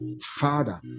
Father